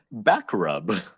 Backrub